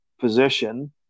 position